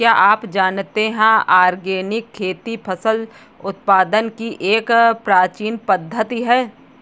क्या आप जानते है ऑर्गेनिक खेती फसल उत्पादन की एक प्राचीन पद्धति है?